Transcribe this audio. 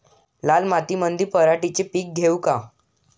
लाल मातीमंदी पराटीचे पीक घेऊ का?